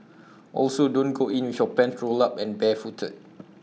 also don't go in with your pants rolled up and barefooted